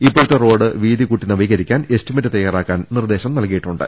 ഇപ്പോഴത്തെ റോഡ് വീതി കൂട്ടി നവീകരിക്കാൻ എസ്റ്റിമേറ്റ് തയാറാക്കാൻ നിർദേശം വിധിക്കും പ്രസ നൽകിയിട്ടുണ്ട്